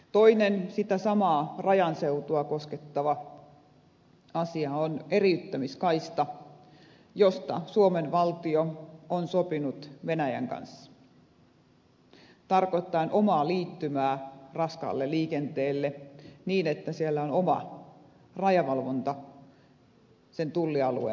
toinen sitä samaa rajanseutua koskettava asia on eriyttämiskaista josta suomen valtio on sopinut venäjän kanssa tarkoittaen omaa liittymää raskaalle liikenteelle niin että siellä on oma rajavalvonta sen tullialueen sisällä